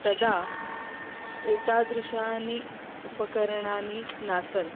तदा एतादृशानि उपकरणानि नासन्